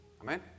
Amen